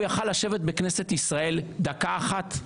הוא היה יכול לשבת בכנסת ישראל דקה אחת?